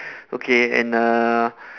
okay and uh